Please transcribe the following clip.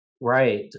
Right